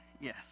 yes